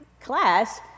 class